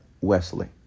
Wesley